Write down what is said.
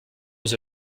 aux